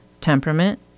temperament